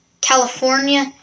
California